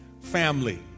family